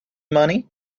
money